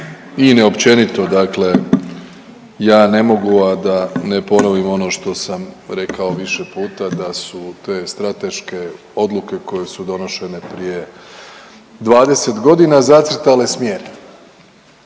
Ine općenito dakle ja ne mogu, a da ne ponovim ono što sam rekao više puta da su te strateške odluke koje su donošene prije 20 godina zacrtale smjer,